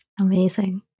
Amazing